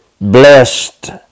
blessed